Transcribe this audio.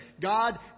God